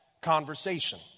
conversation